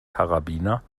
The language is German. karabiner